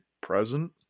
present